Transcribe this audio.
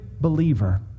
believer